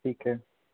ਠੀਕ ਹੈ